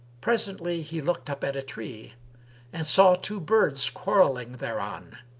presently, he looked up at a tree and saw two birds quarrelling thereon,